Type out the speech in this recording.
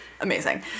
amazing